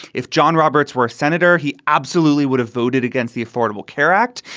if john roberts were a senator, he absolutely would have voted against the affordable care act.